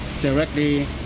directly